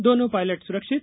दोनों पायलट सुरक्षित